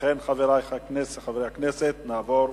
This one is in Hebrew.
אכן, חברי חברי הכנסת, נעבור